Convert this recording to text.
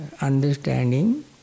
understanding